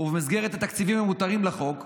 ובמסגרת התקציבים המותרים בחוק,